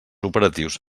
operatius